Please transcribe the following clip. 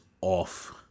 off